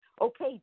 okay